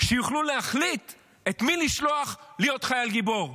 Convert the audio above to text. שיוכלו להחליט את מי לשלוח להיות חייל גיבור,